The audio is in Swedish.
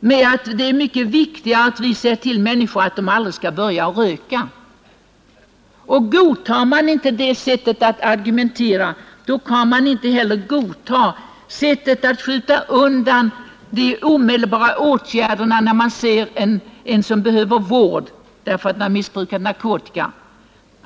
med motiveringen att det är mycket viktigare att säga till människor att de aldrig skall börja röka? Godtar man inte det sättet att argumentera i dessa fall, kan man inte heller godta sättet att skjuta undan de omedelbara åtgärder som behövs för att ge vård åt den som missbrukar narkotika.